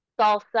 salsa